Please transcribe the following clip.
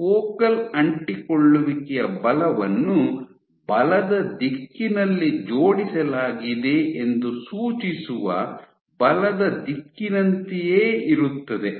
focal ಅಂಟಿಕೊಳ್ಳುವಿಕೆಯ ಬಲವನ್ನು ಬಲದ ದಿಕ್ಕಿನಲ್ಲಿ ಜೋಡಿಸಲಾಗಿದೆ ಎಂದು ಸೂಚಿಸುವ ಬಲದ ದಿಕ್ಕಿನಂತೆಯೇ ಇರುತ್ತದೆ